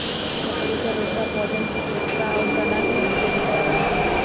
लकड़ी क रेसा पौधन के कोसिका आउर तना के मजबूत करला